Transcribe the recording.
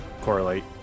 correlate